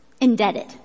indebted